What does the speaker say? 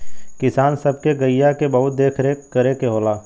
किसान सब के गइया के बहुत देख रेख करे के होला